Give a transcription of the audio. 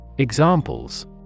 Examples